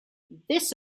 this